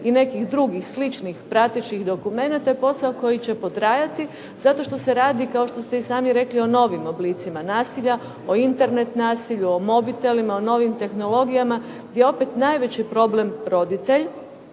i nekih drugih sličnih praktičkih dokumenata posao koji će potrajati, zato što se radi kao što ste i sami rekli, o novim oblicima nasilja, o Internet nasilju, o mobitelima, o novim tehnologijama gdje je opet najveći problem roditelj,